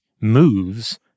moves